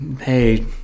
hey